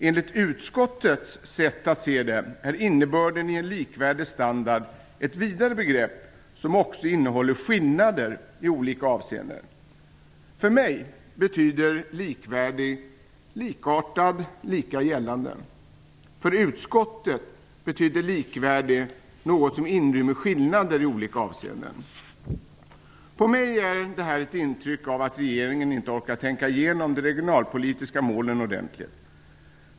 Enligt utskottets sätt att se det är innebörden i en likvärdig standard ett vidare begrepp, som också innehåller skillnader i olika avseenden. För mig betyder "likvärdig" likartad, lika gällande. För utskottet betyder "likvärdig" något som inrymmer skillnader i olika avseenden. På mig ger detta ett intryck av att regeringen inte har orkat tänka igenom de regionalpolitiska målen ordentligt.